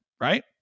right